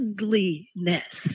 Ugliness